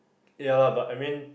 ya lah but I mean